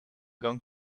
going